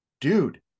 Dude